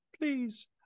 Please